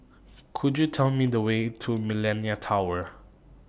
Could YOU Tell Me The Way to Millenia Tower